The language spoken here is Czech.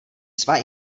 svá